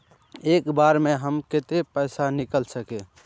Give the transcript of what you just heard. एक बार में हम केते पैसा निकल सके?